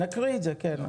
נקריא את זה, כן.